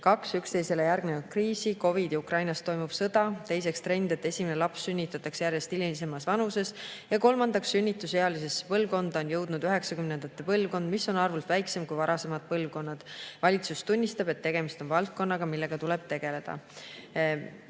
Kaks üksteisele järgnenud kriisi: COVID ja Ukrainas toimuv sõda. Teiseks trend, et esimene laps sünnitatakse järjest hilisemas vanuses. Ja kolmandaks, sünnitusealiste põlvkonda on jõudnud 1990-ndate põlvkond, mis on arvult väiksem kui varasemad põlvkonnad. Valitsus tunnistab, et tegemist on valdkonnaga, millega tuleb tegeleda.